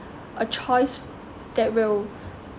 a choice that will